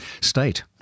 state